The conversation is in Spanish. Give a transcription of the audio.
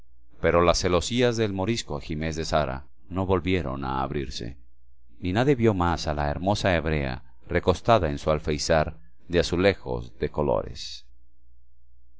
pero las celosías del morisco ajimez de sara no volvieron a abrirse ni nadie vio más a la hermosa hebrea recostada en su alféizar de azulejos de colores